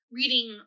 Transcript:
reading